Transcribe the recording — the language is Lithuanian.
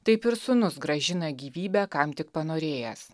taip ir sūnus grąžina gyvybę kam tik panorėjęs